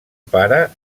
pare